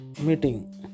meeting